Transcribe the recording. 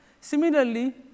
Similarly